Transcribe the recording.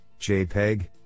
JPEG